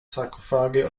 sarkophage